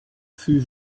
fut